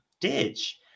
ditch